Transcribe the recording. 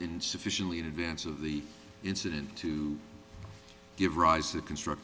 insufficiently in advance of the incident to give rise to construct